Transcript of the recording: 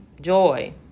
Joy